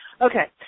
okay